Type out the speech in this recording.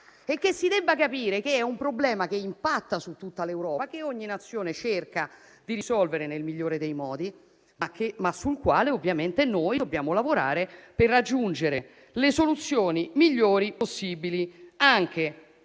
e che si debba capire che è un problema che impatta su tutta l'Europa, che ogni Nazione cerca di risolvere nel migliore dei modi, ma sul quale ovviamente noi dobbiamo lavorare per raggiungere le soluzioni migliori possibili anche